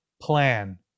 plan